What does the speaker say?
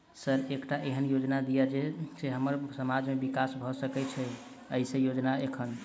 Sir एकटा एहन योजना दिय जै सऽ हम्मर समाज मे विकास भऽ सकै छैय एईसन योजना एखन?